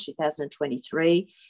2023